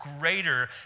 greater